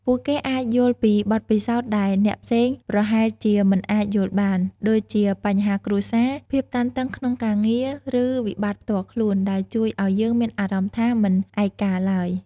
ពួកគេអាចយល់ពីបទពិសោធន៍ដែលអ្នកផ្សេងប្រហែលជាមិនអាចយល់បាន ដូចជាបញ្ហាគ្រួសារ ភាពតានតឹងក្នុងការងារ ឬវិបត្តិផ្ទាល់ខ្លួន ដែលជួយឱ្យយើងមានអារម្មណ៍ថា មិនឯកាឡើយ។